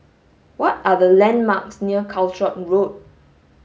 what are the landmarks near Calshot Road